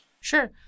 Sure